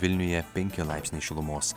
vilniuje penki laipsniai šilumos